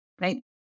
Right